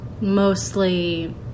mostly